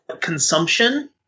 consumption